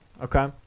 okay